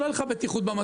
שלא תהיה לך בטיחות במטוס.